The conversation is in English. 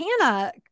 hannah